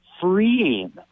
freeing